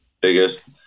biggest